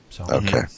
Okay